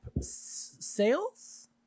sales